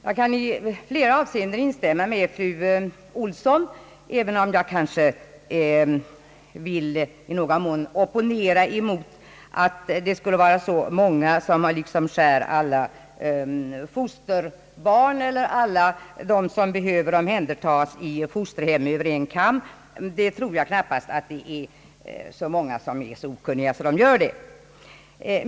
Jag kan i flera avseenden instämma med fru Ohlsson, även om jag kanske i någon mån vill opponera mot yttrandet att det skulle vara så många som skär alla fosterbarn eller alla, som behöver omhändertas i fosterhem, över en kam. Jag tror knappast att många är så okunniga att de gör det.